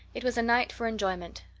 it was a night for enjoyment.